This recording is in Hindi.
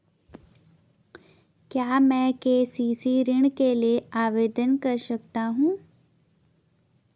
क्या मैं के.सी.सी ऋण के लिए आवेदन कर सकता हूँ?